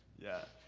yeah,